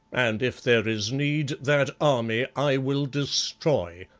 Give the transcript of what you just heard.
and if there is need, that army i will destroy.